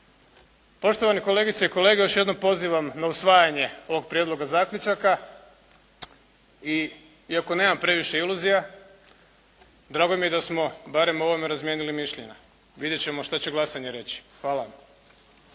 Poštovani kolegice i kolege još jednom pozivam na usvajanje ovog prijedloga zaključaka i iako nemam previše iluzija, drago mi je da smo o ovom barem razmijenili mišljenja. Vidjet ćemo što će glasanje reći. Hvala vam.